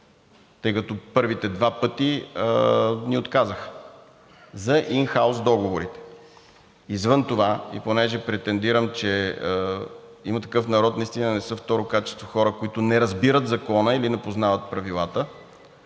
тъй като първите два пъти ни отказаха, за ин хаус договори. Извън това, и понеже претендирам, че „Има такъв народ“ наистина не са второ качество хора, които не разбират закона или не познават правилата,